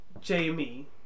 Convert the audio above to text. Jamie